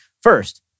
First